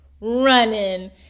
running